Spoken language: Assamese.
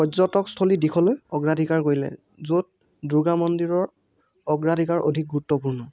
পৰ্যটকস্থলী দিশলৈ অগ্ৰাধিকাৰ কৰিলে য'ত দুৰ্গা মন্দিৰৰ অগ্ৰাধিকাৰ অধিক গুৰুত্বপূৰ্ণ